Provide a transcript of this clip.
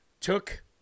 took